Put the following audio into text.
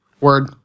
Word